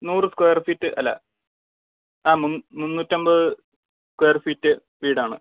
നൂറ് square feet അല്ല ആ മുന്നൂ മൂന്നുറ്റമ്പത് സ്ക്വയർ ഫീറ്റ് വീടാണ്